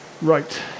Right